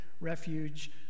refuge